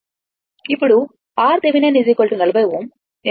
ఇప్పుడు RThevenin 40 Ω